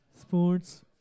Sports